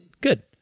Good